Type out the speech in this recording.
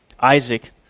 Isaac